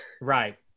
Right